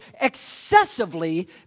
excessively